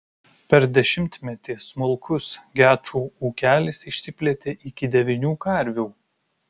per dešimtmetį smulkus gečų ūkelis išsiplėtė iki devynių karvių